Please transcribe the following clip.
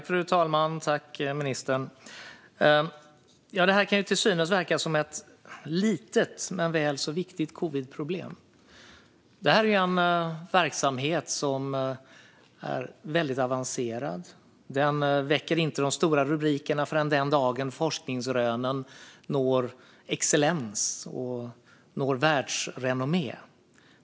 Fru talman! Det här kan verka som ett litet covidproblem, men det är väl så viktigt. Det här är en verksamhet som är väldigt avancerad. Den väcker inte de stora rubrikerna förrän den dagen forskningsrönen når excellens och världsrenommé.